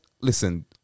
listen